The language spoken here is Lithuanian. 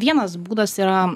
vienas būdas yra